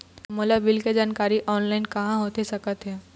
मोला बिल के जानकारी ऑनलाइन पाहां होथे सकत हे का?